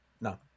No